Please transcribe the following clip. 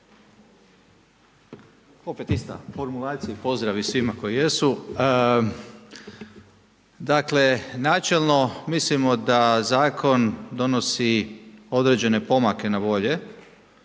Opet ista formulacija i pozdravi svima koji jesu. Dakle, načelno, mislimo da zakon donosi određene pomake na bolje